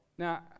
Now